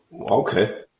Okay